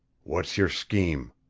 what's your scheme?